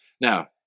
Now